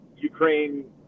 Ukraine